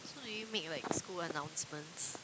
so do you make like school announcements